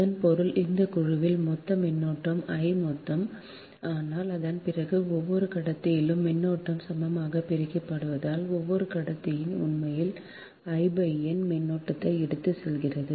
இதன் பொருள் இந்த குழுவில் மொத்த மின்னோட்டம் I மொத்தம் ஆனால் அதன் பிறகு ஒவ்வொரு கடத்தியிலும் மின்னோட்டம் சமமாகப் பிரிக்கப்படுவதால் ஒவ்வொரு கடத்தியும் உண்மையில் I n மின்னோட்டத்தை எடுத்துச் செல்கிறது